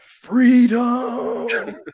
freedom